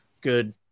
good